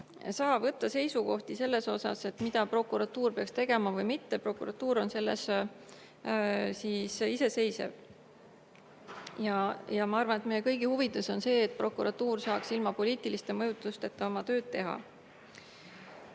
saa võtta seisukohti selles osas, mida prokuratuur peaks tegema või mitte. Prokuratuur on selles iseseisev ja ma arvan, et meie kõigi huvides on see, et prokuratuur saaks ilma poliitiliste mõjutusteta oma tööd